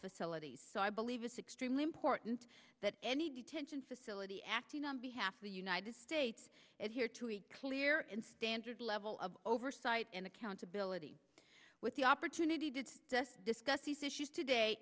facilities so i believe it's extremely important that any detention facility acting on behalf of the united states is here to a clear and standard level of oversight and accountability with the opportunity did discuss these issues today